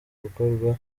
gukorwa